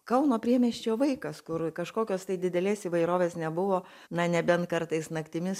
kauno priemiesčio vaikas kur kažkokios tai didelės įvairovės nebuvo na nebent kartais naktimis